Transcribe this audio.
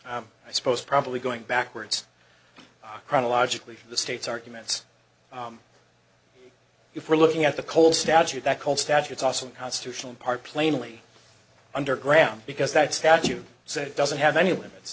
is i suppose probably going backwards chronologically for the states arguments if we're looking at the cole statute that called statutes awesome constitutional part plainly under ground because that statute said doesn't have any limits